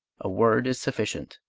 a word is sufficient.